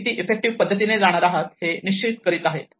आपण किती इफेक्टिव्ह पद्धतीने जाणार आहात हे निश्चित करीत आहेत